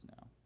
now